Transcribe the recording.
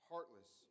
heartless